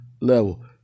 level